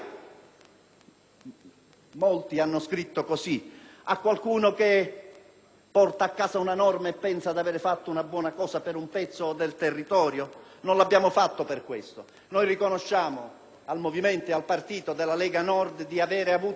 porta a casa una norma pensando di aver fatto una buona cosa per un pezzo del territorio? Non l'abbiamo fatto per questo. Noi riconosciamo al movimento e al partito della Lega Nord di aver avuto un ruolo fondamentale nel porre all'attenzione del Paese, dei Governi e del Parlamento questo tema,